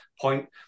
point